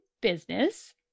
business